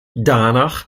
danach